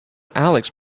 alex